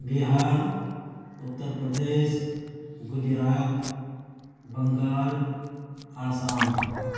Bihar Uttar Pradesh Gujarat Bengal Assam